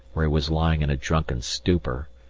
where he was lying in a drunken stupor,